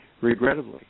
regrettably